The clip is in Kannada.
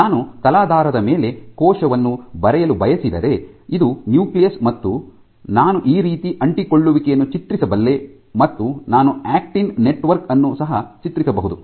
ನಾನು ತಲಾಧಾರದ ಮೇಲೆ ಕೋಶವನ್ನು ಬರೆಯಲು ಬಯಸಿದರೆ ಇದು ನ್ಯೂಕ್ಲಿಯಸ್ ಮತ್ತು ನಾನು ಈ ರೀತಿಯ ಅಂಟಿಕೊಳ್ಳುವಿಕೆಯನ್ನು ಚಿತ್ರಿಸಬಲ್ಲೆ ಮತ್ತು ನಾನು ಆಕ್ಟಿನ್ ನೆಟ್ವರ್ಕ್ ಅನ್ನು ಸಹ ಚಿತ್ರಿಸಬಹುದು